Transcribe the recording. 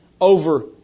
over